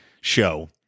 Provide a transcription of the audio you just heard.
show